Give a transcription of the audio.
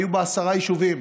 היו בה עשרה יישובים: